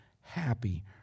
happy